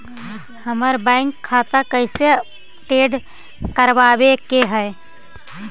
हमर बैंक खाता कैसे अपडेट करबाबे के है?